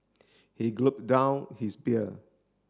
he down his beer